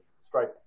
strike